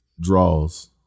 draws